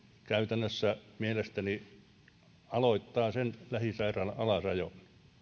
käytännössä aloittaa sen lähisairaalan alasajon